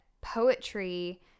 Poetry